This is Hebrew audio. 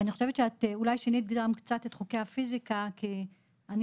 את אולי שינית גם קצת את חוקי הפיזיקה כי אני